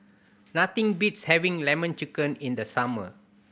nothing beats having Lemon Chicken in the summer